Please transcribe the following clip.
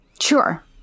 Sure